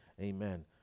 Amen